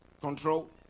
control